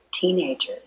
teenagers